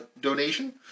donation